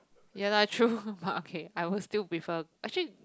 ya lah true but okay I will still prefer actually